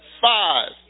Five